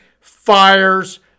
fires